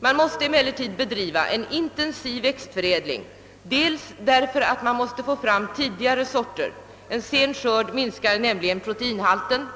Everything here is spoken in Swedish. Man måste emellertid bedriva en intensiv växtförädling, bl.a. därför att man måste få fram tidigare sorter; en sen skörd minskar proteinhalten.